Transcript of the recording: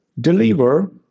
deliver